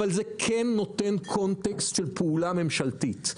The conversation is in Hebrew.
אבל זה כן נותן קונטקסט של פעולה ממשלתית,